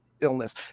illness